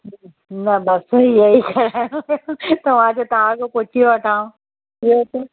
न बसि इहो ई कराइणो मां चयो तव्हां खां पुछी वठां ॿियो त